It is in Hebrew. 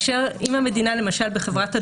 אם המדינה, למשל בחברת הדואר,